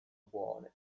buone